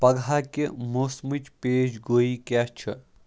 پگاہ کہِ موسمٕچ پیش گویی کیٛاہ چھِ